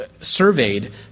surveyed